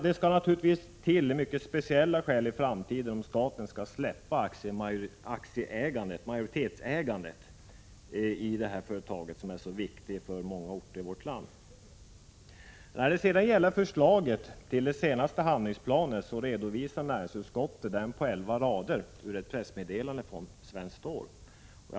Det skall naturligtvis till mycket speciella skäl i framtiden om staten skall släppa majoritetsägandet i detta företag, som är så viktigt för många orter i vårt land. När det gäller förslaget till den senaste handlingsplanen, så redovisar näringsutskottet den planen på elva rader ur ett pressmeddelande från Svenskt Stål.